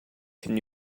can